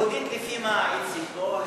יהודית לפי מה, איציק?